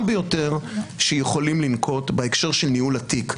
ביותר שיכולים לנקוט בהקשר של ניהול התיק.